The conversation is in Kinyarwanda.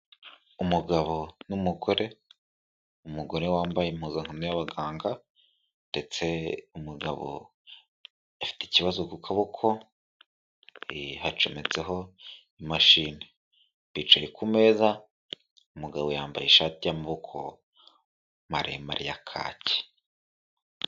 Umugabo n'umugore, umugore wambaye impuzankano y'abaganga ndetse umugabo afite ikibazo ku kaboko, hacometseho imashini, bicaye ku meza, umugabo yambaye ishati y'amaboko maremare ya kaki.